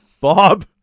Bob